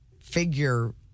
figure